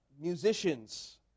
musicians